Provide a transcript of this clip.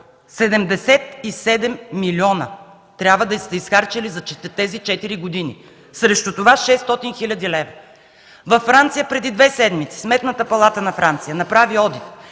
милиона трябва да сте изхарчили за тези четири години! Срещу това – 600 хил. лв. Във Франция преди две седмици Сметната палата на Франция направи одит